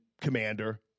commander